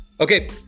Okay